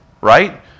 right